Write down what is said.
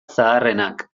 zaharrenak